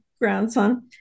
grandson